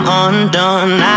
undone